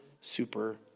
super